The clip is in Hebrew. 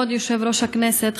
כבוד יושב-ראש הכנסת,